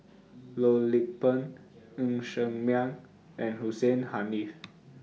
Loh Lik Peng Ng Ser Miang and Hussein Haniff